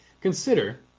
Consider